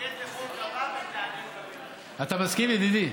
אתה מסכים, ידידי?